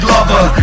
Lover